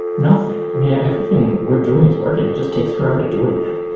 nothing. i mean, everything we're doing is working. it just takes forever to do anything.